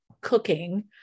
cooking